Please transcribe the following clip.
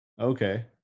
Okay